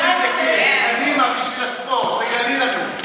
קדימה, בשביל הספורט, גלי לנו.